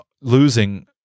losing –